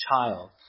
child